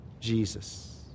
Jesus